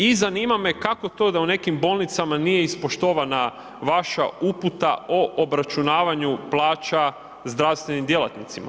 I zanima me kako to da u nekim bolnicama nije ispoštovana vaša uputa o obračunavanju plaća zdravstvenim djelatnicima?